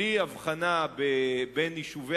בלי הבחנה בין יישובים